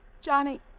Johnny